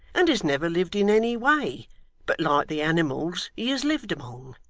and has never lived in any way but like the animals he has lived among,